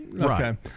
okay